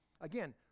Again